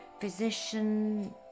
physician